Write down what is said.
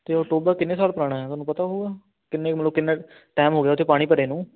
ਅਤੇ ਉਹ ਟੋਭਾ ਕਿੰਨੇ ਸਾਲ ਪੁਰਾਣਾ ਹੈ ਤੁਹਾਨੂੰ ਪਤਾ ਹੋਵੇਗਾ ਕਿੰਨੇ ਮਤਲਬ ਕਿੰਨਾ ਟੈਮ ਹੋ ਗਿਆ ਉੱਥੇ ਪਾਣੀ ਭਰੇ ਨੂੰ